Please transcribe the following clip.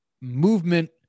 movement